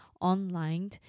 online